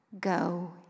Go